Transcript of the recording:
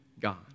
God